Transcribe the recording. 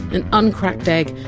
an uncracked egg,